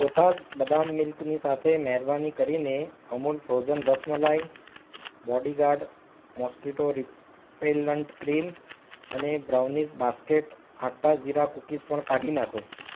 કોથાઝ બદામ મિલ્કની સાથે મહેરબાની કરીને Amul frozen rasmalai bodyguard mosquito repellent cream અને brownies basket atta jeera cookies પણ કાઢી નાંખો